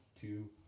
two